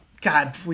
God